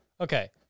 Okay